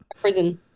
prison